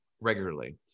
regularly